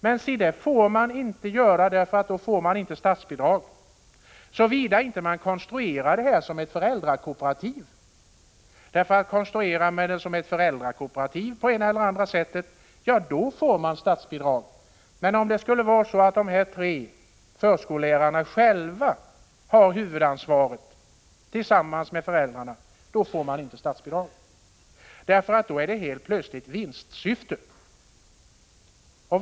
Men se så här går det inte att göra, för då får man inte statsbidrag — såvida man inte konstruerar det hela som ett föräldrakooperativ. Gör man en sådan konstruktion på det ena eller andra sättet, då får man statsbidrag. Skulle det emellertid vara så att de här tre förskollärarna själva har huvudansvaret tillsammans med föräldrarna utgår inte statsbidrag, därför att då anses det helt plötsligt vara fråga om vinstsyfte.